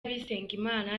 bisengimana